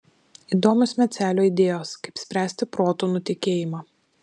įdomios mecelio idėjos kaip spręsti protų nutekėjimą